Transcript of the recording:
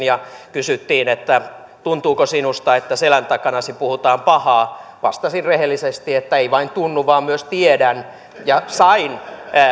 ja kun kysyttiin että tuntuuko sinusta että selkäsi takana puhutaan pahaa niin vastasin rehellisesti että ei vain tunnu vaan myös tiedän ja sain